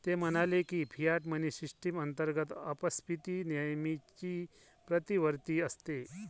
ते म्हणाले की, फियाट मनी सिस्टम अंतर्गत अपस्फीती नेहमीच प्रतिवर्ती असते